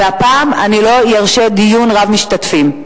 והפעם אני לא ארשה דיון רב-משתתפים.